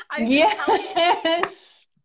Yes